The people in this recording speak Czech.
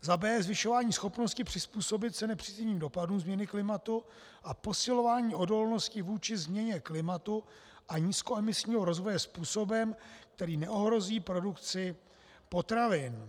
b) zvyšování schopnosti přizpůsobit se nepříznivým dopadům změny klimatu a posilování odolnosti vůči změně klimatu a nízkoemisního rozvoje způsobem, který neohrozí produkci potravin;